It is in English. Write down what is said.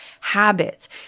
habits